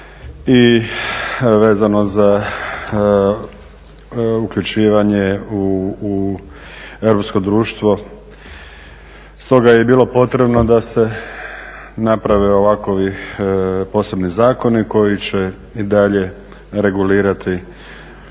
i vezano za uključivanje u europsko društvo stoga je i bilo potrebno da se naprave ovakvi posebni zakoni koji će i dalje regulirati